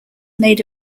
made